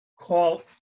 call